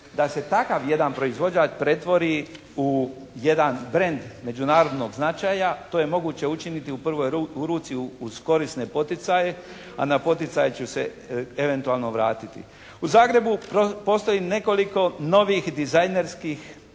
da se takav jedan proizvođač pretvori u jedan brend međunarodnog značaja. To je moguće učiniti u prvoj ruci uz korisne poticaje a na poticaje ću se evenutalno vratiti. U Zagrebu postoji nekoliko novih dizajnerskih genija